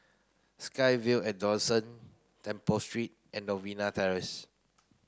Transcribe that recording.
SkyVille at Dawson Temple Street and Novena Terrace